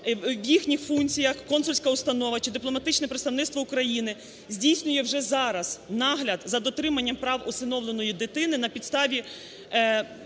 в їхніх функціях, консульська установа чи дипломатичне представництво України здійснює вже зараз нагляд за дотриманням прав усиновленої дитини, на підставі